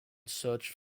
searched